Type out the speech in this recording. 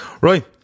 Right